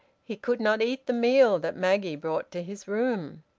he could not eat the meal that maggie brought to his room.